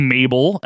Mabel